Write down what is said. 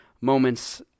moments